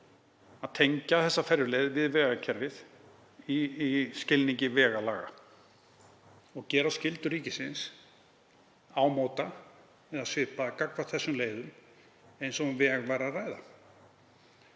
að tengja þessar ferjuleiðir við vegakerfið í skilningi vegalaga og gera skyldur ríkisins ámóta eða svipaðar gagnvart þessum leiðum eins og um veg væri að ræða.